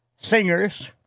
singers